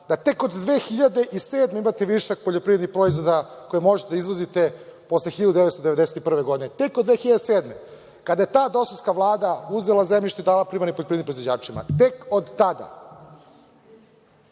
da tek od 2007. godine imate višak poljoprivrednih proizvoda koje možete da izvozite, posle 1991. godine. Tek od 2007. godine, kada je ta DOS-ovska vlada uzela zemljišta i dala poljoprivrednim proizvođačima. Tek od tada. Da